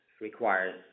requires